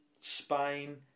Spain